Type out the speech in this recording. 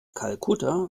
kalkutta